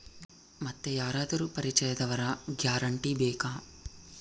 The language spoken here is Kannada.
ಮತ್ತೆ ಯಾರಾದರೂ ಪರಿಚಯದವರ ಗ್ಯಾರಂಟಿ ಬೇಕಾ?